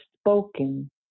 spoken